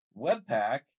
webpack